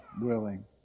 willing